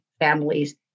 families